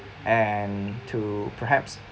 and to perhaps